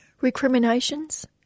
Recriminations